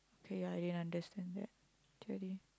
okay ya I didn't understand that